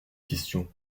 question